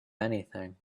anything